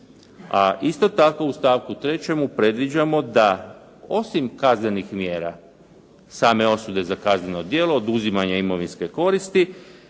a isto tako u stavku 3. predlažemo da osim kaznenih mjera same osude za kazneno djelo, oduzimanja imovinske koristi